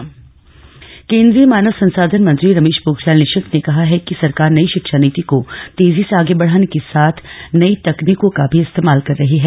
संवाद कार्यक्रम केंद्रीय मानव संसाधन मंत्री रमेश पोखरियाल निशंक ने कहा है कि सरकार नयी शिक्षा नीति को तेजी से आगे बढ़ाने के साथ नई तकनीकों का भी इस्तेमाल कर रही है